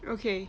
okay